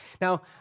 Now